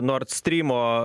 nord strymo